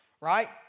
right